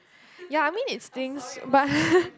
ya I mean it's things but